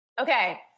Okay